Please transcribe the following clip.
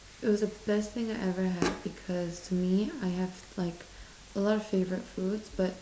it was the best thing I ever had because to me I have a lot of favourite foods but